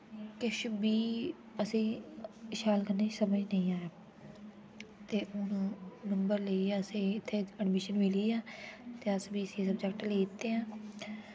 किश बी असें शैल कन्ने समझ निं आया ते नंबर ले असें इत्थे एडमिशन मिली ऐ ते अस बीसीए सब्जेक्ट लेई दित्ते ऐ